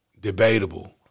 debatable